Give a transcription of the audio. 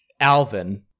Alvin